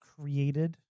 created